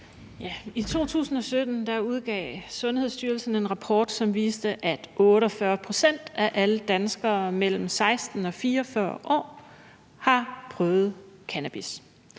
I 2017 udgav Sundhedsstyrelsen en rapport, som viste, at 48 pct. af alle danskere mellem 16 og 44 år har prøvet cannabis.